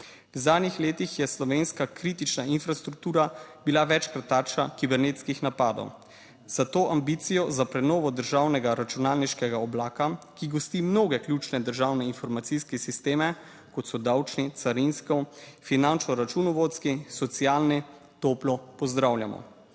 V zadnjih letih je slovenska kritična infrastruktura bila večkrat tarča kibernetskih napadov. Za to ambicijo za prenovo državnega računalniškega oblaka, ki gosti mnoge ključne državne informacijske sisteme, kot so davčni, carinsko, finančno računovodski socialni toplo pozdravljamo.